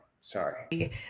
sorry